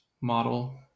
model